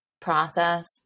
process